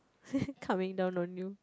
coming down on you